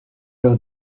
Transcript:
leur